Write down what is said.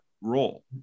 role